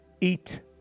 Eat